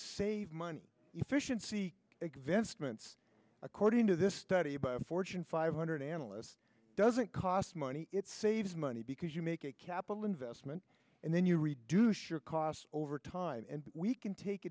save money efficiency advancements according to this study by fortune five hundred analysts doesn't cost money it saves money because you make a capital investment and then you reduce your costs over time and we can take